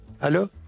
Hello